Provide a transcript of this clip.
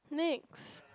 next